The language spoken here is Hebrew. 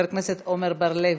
חברת הכנסת עמר בר-לב,